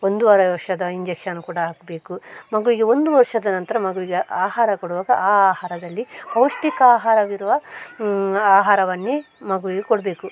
ಒಂದೂವರೆ ವರ್ಷದ ಇಂಜೆಕ್ಷನ್ ಕೂಡ ಹಾಕಬೇಕು ಮಗುವಿಗೆ ಒಂದು ವರ್ಷದ ನಂತರ ಮಗುವಿಗೆ ಆಹಾರ ಕೊಡುವಾಗ ಆ ಆಹಾರದಲ್ಲಿ ಪೌಷ್ಠಿಕ ಆಹಾರವಿರುವ ಆಹಾರವನ್ನೇ ಮಗುವಿಗೆ ಕೊಡಬೇಕು